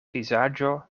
vizaĝo